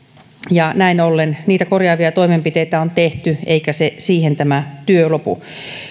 näin ollen niitä korjaavia toimenpiteistä on tehty eikä se siihen tämä työ lopu